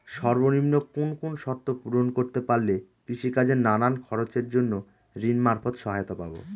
সর্বনিম্ন কোন কোন শর্ত পূরণ করতে পারলে কৃষিকাজের নানান খরচের জন্য ঋণ মারফত সহায়তা পাব?